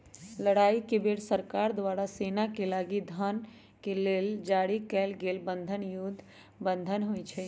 लड़ाई के बेर सरकार द्वारा सेनाके लागी धन के लेल जारी कएल गेल बन्धन युद्ध बन्धन होइ छइ